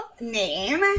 name